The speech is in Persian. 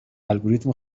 الگوریتم